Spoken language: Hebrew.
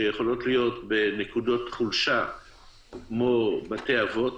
שיכולות להיות בנקודות חולשה כמו בתי-אבות.